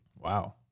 Wow